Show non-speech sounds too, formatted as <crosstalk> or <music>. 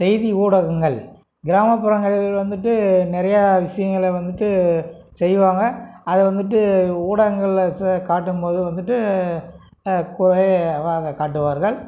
செய்தி ஊடகங்கள் கிராமப்புறங்கள் வந்துட்டு நிறையா விசயங்களை வந்துட்டு செய்வாங்க அதை வந்துட்டு ஊடகங்களில் காட்டும்போது வந்துட்டு <unintelligible> காட்டுவார்கள்